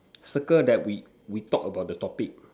circle that we we talked about the topic